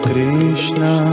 Krishna